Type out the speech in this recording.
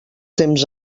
temps